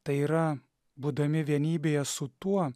tai yra būdami vienybėje su tuo